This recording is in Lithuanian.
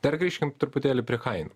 dar grįžkim truputėlį prie kainų